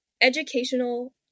educational